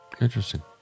Interesting